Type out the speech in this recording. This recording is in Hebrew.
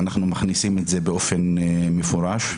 אנחנו מכניסים את זה באופן מפורש.